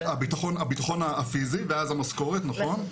הביטחון הפיזי ואז המשכורת, נכון.